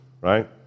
Right